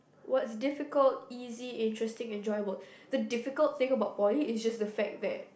what's difficult easy interesting enjoyable the difficult thing about poly is just the fact that